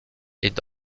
est